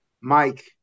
Mike